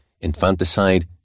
infanticide